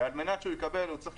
ועל מנת שהוא יקבל הוא צריך